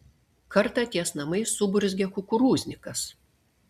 kartą ties namais suburzgė kukurūznikas